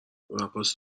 رقاص